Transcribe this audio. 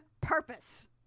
purpose